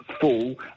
full